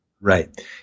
Right